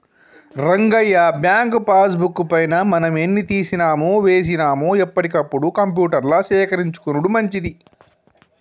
Rangayya bank passbook పైన మనం ఎన్ని తీసినామో వేసినాము ఎప్పటికప్పుడు కంప్యూటర్ల సేకరించుకొనుడు మంచిది